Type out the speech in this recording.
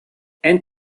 and